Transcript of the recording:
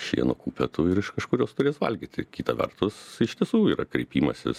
šieno kupetų ir iš kažkurios turės valgyti kita vertus iš tiesų yra kreipimasis